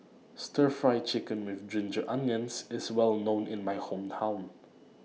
Stir Fry Chicken with Ginger Onions IS Well known in My Hometown